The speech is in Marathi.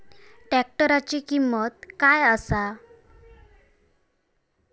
ट्रॅक्टराची किंमत काय आसा?